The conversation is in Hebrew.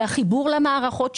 והחיבור שמערכות שמקשה,